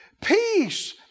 peace